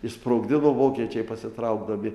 išsprogdino vokiečiai pasitraukdami